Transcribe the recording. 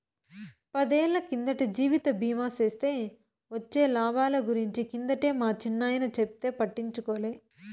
పదేళ్ళ కిందట జీవిత బీమా సేస్తే వొచ్చే లాబాల గురించి కిందటే మా చిన్నాయన చెప్తే పట్టించుకోలే